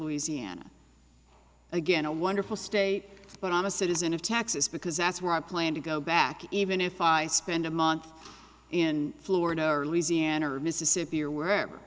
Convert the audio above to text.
louisiana again a wonderful state but i'm a citizen of taxes because that's where i plan to go back even if i spend a month in florida or louisiana or mississippi or were